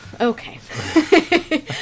okay